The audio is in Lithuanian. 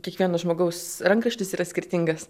kiekvieno žmogaus rankraštis yra skirtingas